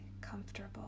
comfortable